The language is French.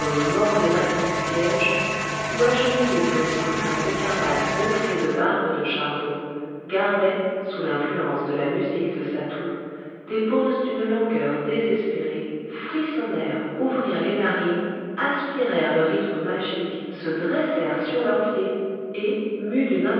mord les bâtons du siège ou agenouillées sur des coussins écarlates gonflés de barbe de chardon gardaient sous l'influence de la musique de satou des poses d'une langueur désespérée frissonnèrent ouvrirent les narines aspirèrent le rythme magique se dressèrent sur leurs pieds et mues d'une